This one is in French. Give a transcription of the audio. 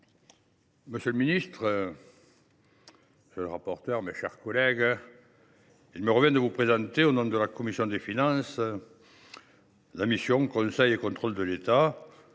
Monsieur le président, monsieur le ministre, mes chers collègues, il me revient de vous présenter, au nom de la commission des finances, la mission « Conseil et contrôle de l’État